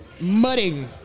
mudding